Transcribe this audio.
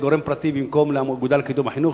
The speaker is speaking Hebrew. גורם פרטי במקום לאגודה לקידום החינוך,